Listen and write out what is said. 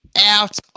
out